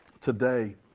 today